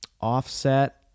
Offset